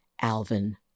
Alvin